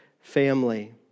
family